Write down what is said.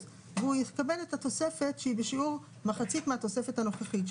והוא יקבל את התוספת שהיא בשיעור מחצית מהתוספת הנוכחית,